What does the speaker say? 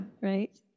Right